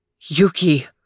Yuki